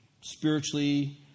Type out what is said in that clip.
Spiritually